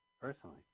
personally